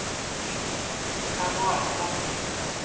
ᱟᱵᱚᱣᱟᱜ